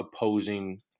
opposing